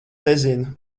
nezinu